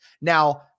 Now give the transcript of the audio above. Now